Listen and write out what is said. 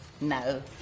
No